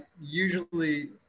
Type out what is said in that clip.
usually